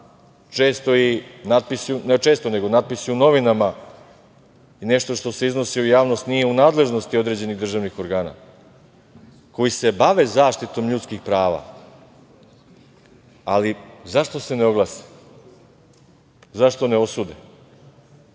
natpisi u novinama i nešto što se iznosi u javnost nije u nadležnosti određenih državnih organa koji se bave zaštitom ljudskih prava, ali zašto se ne oglašavaju, zašto ne osude,